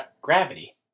gravity